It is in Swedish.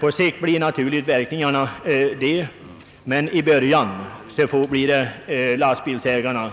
Det blir dock över lastbilsägarna